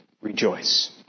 rejoice